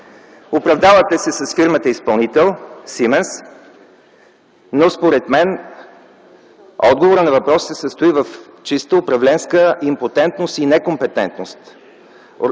Оправдавате се с фирмата-изпълнител „Siemens”, но според мен отговорът на въпроса се състои в чиста управленска импотентност и некомпетентност.